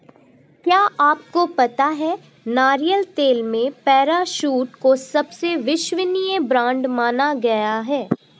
क्या आपको पता है नारियल तेल में पैराशूट को सबसे विश्वसनीय ब्रांड माना गया है?